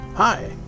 Hi